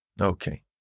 Okay